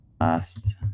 Last